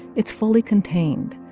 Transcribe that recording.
it's fully contained.